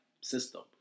system